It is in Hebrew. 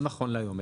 לא נכון להיום,